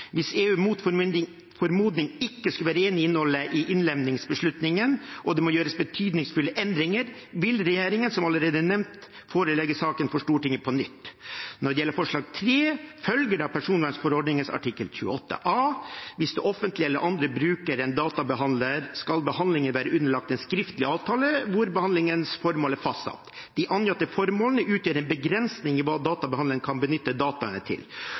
Hvis EU mot formodning ikke skulle være enig i innholdet i innlemmingsbeslutningen, og det må gjøres betydningsfulle endringer, vil regjeringen, som allerede nevnt, forelegge saken for Stortinget på nytt. Når det gjelder forslag nr.3, følger det av personvernforordningens artikkel 28a at hvis det offentlige eller andre bruker en databehandler, skal behandlingen være underlagt en skriftlig avtale hvor behandlingens formål er fastsatt. De angitte formålene utgjør en begrensning i hva databehandleren kan benytte dataene til.